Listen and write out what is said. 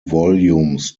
volumes